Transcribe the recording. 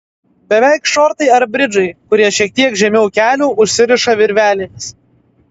beveik šortai ar bridžai kurie šiek tiek žemiau kelių užsiriša virvelėmis